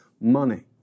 money